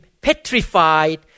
petrified